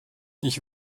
ich